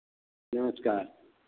नमस्कार